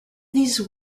these